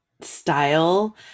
style